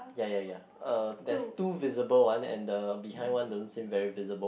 ya ya ya uh there's two visible one and the behind one don't seem very visible